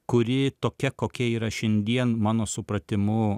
kuri tokia kokia yra šiandien mano supratimu